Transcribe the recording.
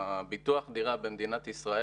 לצערי, בינתיים הן תוכניות מגירה.